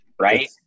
right